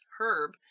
herb